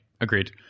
agreed